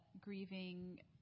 grieving